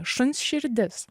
šuns širdis